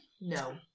No